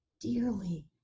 dearly